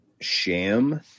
sham